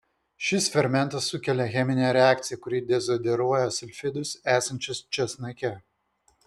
šis fermentas sukelia cheminę reakciją kuri dezodoruoja sulfidus esančius česnake